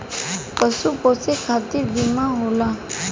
पशु पोसे खतिर बीमा होला